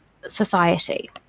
society